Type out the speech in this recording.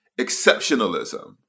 exceptionalism